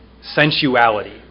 sensuality